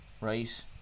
right